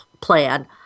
plan